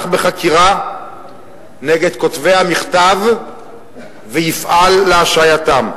בחקירה נגד כותבי המכתב ויפעל להשעייתם.